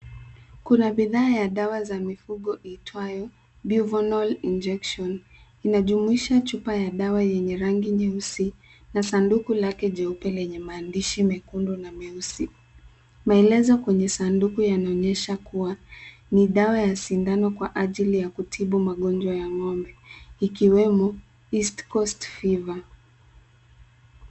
Kuna bidhaa ya dawa za mifugo iitwayo Buvonol Injection, inajumuisha chupa ya dawa yenye rangi nyeusi na sanduku lake jeupe lenye maandishi mekundu na meusi. Maelezo kwenye sanduku yanaonyesha kuwa ni dawa ya sindano kwa ajili ya kutibu magonjwa ya ng’ombe, ikiwemo East Coast Fever.